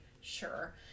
sure